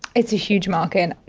it's a huge market.